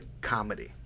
comedy